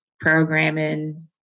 programming